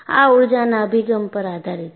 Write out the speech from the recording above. આ ઊર્જાના અભિગમ પર આધારિત છે